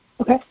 Okay